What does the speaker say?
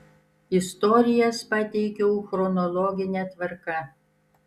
istorijas pateikiau chronologine tvarka